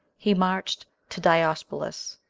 he marched to diospolis,